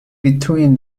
between